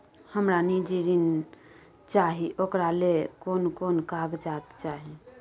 हमरा निजी ऋण चाही ओकरा ले कोन कोन कागजात चाही?